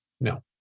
No